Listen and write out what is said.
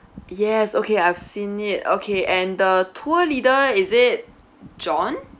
yes okay I've seen it okay and the tour leader is it john